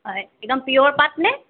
হয় একদম পিঅ'ৰ পাট নে